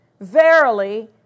verily